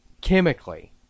chemically